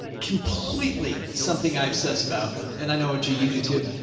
completely something i obsess about. and i know, gee, you do too.